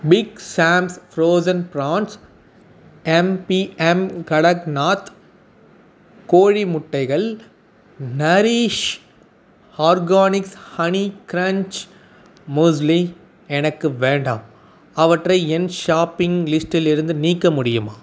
big Sam's frozen prawns MBM Kadaknath கோழி முட்டைகள் Nourish Organics honey crunch muesli எனக்கு வேண்டாம் அவற்றை என் ஷாப்பிங் லிஸ்ட்டிலிருந்து நீக்க முடியுமா